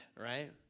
right